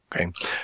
okay